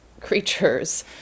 creatures